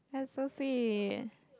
that's so sweet